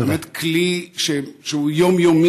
זה באמת כלי שהשימוש בו הוא יומיומי,